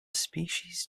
species